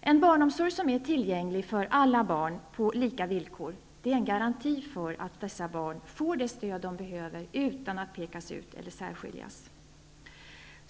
En barnomsorg som är tillgänglig för alla barn på lika villkor är en garanti för att dessa barn får det stöd de behöver utan att pekas ut eller särskiljas.